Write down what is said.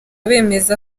bemeza